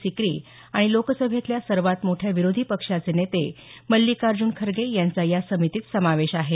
सिकरी आणि लोकसभेतल्या सर्वात मोठ्या विरोधी पक्षाचे नेते मल्लिकार्जुन खरगे यांचा या समितीत समावेश आहे